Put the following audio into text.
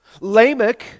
Lamech